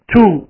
Two